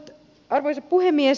arvoisa puhemies